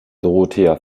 dorothea